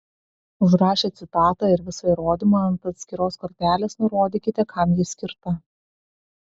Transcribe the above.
užrašę citatą ir visą įrodymą ant atskiros kortelės nurodykite kam ji skirta